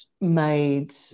made